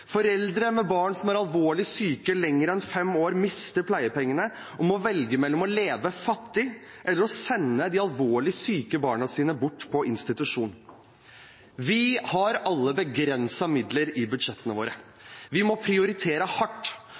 Foreldre med barn som er alvorlig syke lenger enn fem år, mister pleiepengene og må velge mellom å leve fattig eller å sende de alvorlig syke barna sine bort på institusjon. Vi har alle begrensede midler i budsjettene våre. Vi må prioritere hardt,